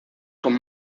con